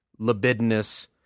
libidinous